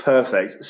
Perfect